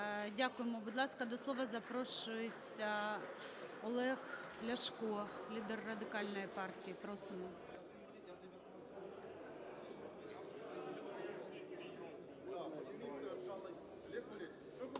Дякуємо. Будь ласка, до слова запрошується Олег Ляшко, лідер Радикальної партії. Просимо.